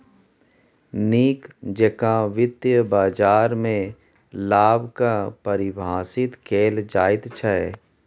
नीक जेकां वित्तीय बाजारमे लाभ कऽ परिभाषित कैल जाइत छै